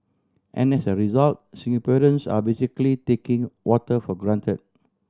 and as a result Singaporeans are basically taking water for granted